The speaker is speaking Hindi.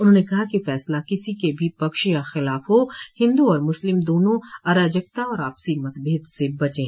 उन्होंने कहा कि फैसला किसी के पक्ष या खिलाफ हो हिन्दू और मुस्लिम दोनों अराजकता और आपसी मतभेद से बचे